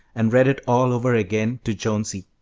and read it all over again to jonesy.